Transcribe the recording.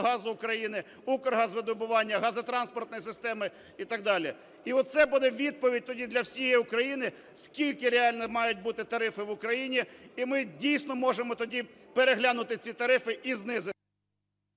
України", "Укргазвидобування", газотранспортної системи і так далі. І оце буде відповідь тоді для всієї України, скільки реально мають бути тарифи в Україні. І ми дійсно тоді можемо переглянути ці тарифі і знизити…